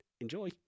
Enjoy